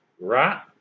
right